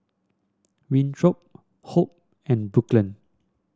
Winthrop Hope and Brooklyn